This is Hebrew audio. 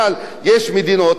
מכרות הפחם,